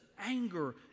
anger